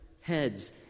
heads